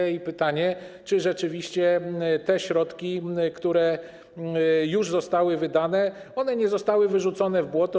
Powstaje pytanie: Czy rzeczywiście te środki, które już zostały wydane, nie zostały wyrzucone w błoto?